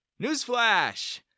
Newsflash